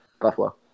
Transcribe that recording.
Buffalo